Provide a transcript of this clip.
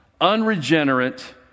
unregenerate